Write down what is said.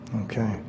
okay